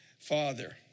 father